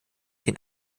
den